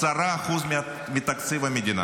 10% מתקציב המדינה